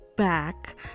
Back